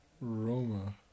roma